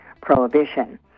Prohibition